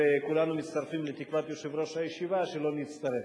וכולנו מצטרפים לתקוות יושב-ראש הישיבה שלא נצטרך.